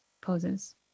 poses